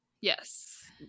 Yes